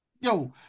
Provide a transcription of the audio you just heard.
yo